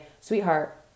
sweetheart